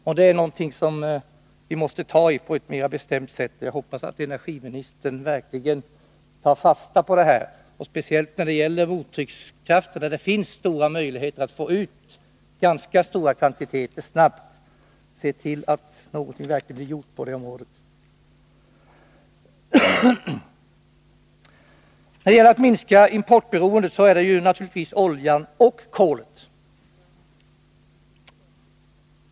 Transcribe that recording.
Detta är något vi måste ta itu med på ett mer bestämt sätt än hittills, och jag hoppas att energiministern tar fasta på detta — speciellt när det gäller mottryckskraften, där det finns stora möjligheter att få ut ganska stora kvantiteter snabbt. Se till att något verkligen blir gjort på det området! Minskningen av importberoendet måste givetvis gälla både oljan och kolet.